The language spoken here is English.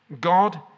God